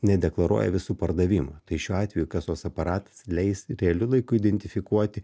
nedeklaruoja visų pardavimų tai šiuo atveju kasos aparatas leis realiu laiku identifikuoti